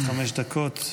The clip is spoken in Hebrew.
עד חמש דקות לרשותך.